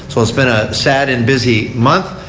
so has been a sad and busy month.